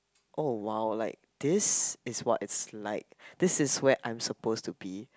oh !wow! like this is what it's like this is where I'm supposed to be